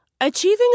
Achieving